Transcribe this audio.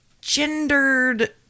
gendered